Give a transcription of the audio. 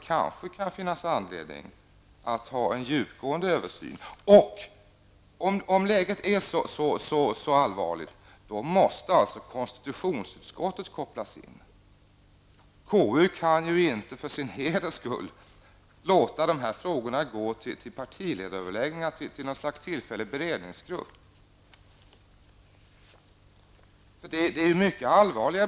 Då kan det i stället finnas anledning att göra en djupgående översyn. Om läget är så allvarligt som det beskrivs, då måste KU kopplas in. KU kan ju inte för sin heders skull låta frågorna gå till partiledaröverläggningar och till en tillfällig beredningsgrupp.